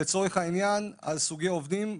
אנחנו מדברים כרגע לצורך העניין על סוגי עובדים,